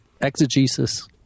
exegesis